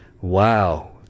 wow